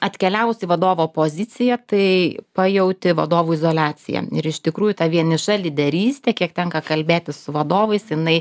atkeliavus į vadovo poziciją tai pajauti vadovų izoliaciją ir iš tikrųjų ta vieniša lyderystė kiek tenka kalbėtis su vadovais jinai